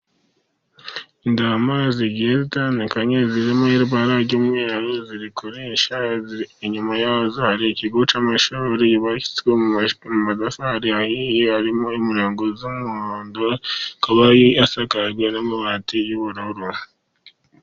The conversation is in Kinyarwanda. Intama zigiye zitandukanye zirimo ibara ry'umweru ziri kurisha, inyuma yazo hari ikigo cy'amashuri cyubakishijwe mu matafari ahiye arimo imirongo y'umuhondo ikaba isakajwe n'amabati y'ubururu.